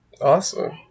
Awesome